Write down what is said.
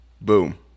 boom